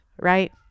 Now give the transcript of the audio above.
right